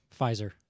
pfizer